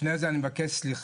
לפני זה אני מבקש סליחה,